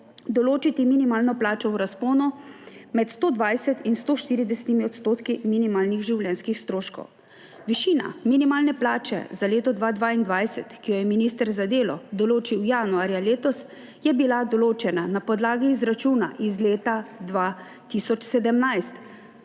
določiti minimalno plačo v razponu med 120 in 140 odstotki minimalnih življenjskih stroškov. Višina minimalne plače za leto 2022, ki jo je minister za delo določil januarja letos, je bila določena na podlagi izračuna iz leta 2017,